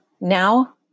Now